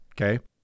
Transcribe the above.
Okay